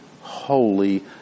holy